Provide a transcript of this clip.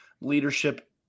leadership